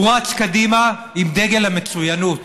רץ קדימה עם דגל המצוינות.